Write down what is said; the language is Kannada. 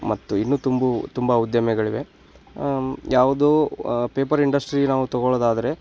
ಮತ್ತು ಇನ್ನೂ ತುಂಬ ತುಂಬ ಉದ್ದಿಮೆಗಳಿವೆ ಯಾವ್ದು ಪೇಪರ್ ಇಂಡಸ್ಟ್ರೀ ನಾವು ತೊಗೊಳ್ಳೋದಾದ್ರೆ